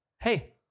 Hey